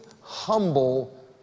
humble